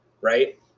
right